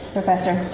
Professor